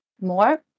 more